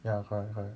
ya correct correct